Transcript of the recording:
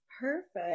Perfect